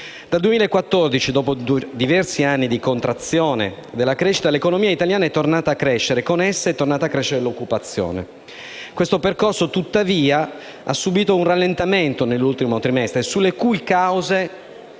Dal 2014, dopo diversi anni di contrazione della crescita, l'economia italiana è tornata a crescere e, con essa, è tornata a crescere l'occupazione. Questo percorso, tuttavia, ha subito un rallentamento nell'ultimo trimestre, sulle cui cause